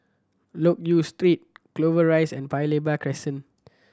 Loke Yew Street Clover Rise and Paya Lebar Crescent